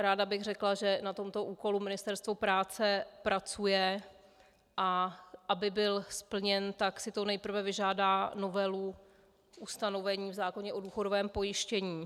Ráda bych řekla, že na tomto úkolu Ministerstvo práce pracuje, a aby byl úkol splněn, tak si to nejprve vyžádá novelu ustanovení v zákoně o důchodovém pojištění.